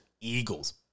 Eagles